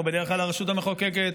אנחנו בדרך כלל הרשות המחוקקת,